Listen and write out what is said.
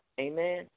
Amen